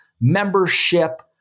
membership